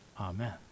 Amen